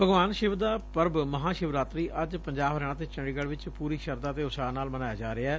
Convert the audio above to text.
ਭਗਵਾਨ ਸ਼ਿਵ ਦਾ ਪਰਬ ਮਹਾਂਸ਼ਿਵਰਾਤਰੀ ੱਜ ਪੰਜਾਬ ਹਰਿਆਣਾ ਤੇ ਚੰਡੀਗੜ੍ਹ ਵਿਚ ਪੂਰੀ ਸ਼ਰਧਾ ਤੇ ਉਤਸ਼ਾਹ ਨਾਲ ਮਨਾਇਆ ਜਾ ਰਿਹੈ